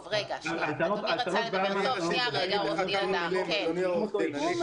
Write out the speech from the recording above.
יש